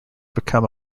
become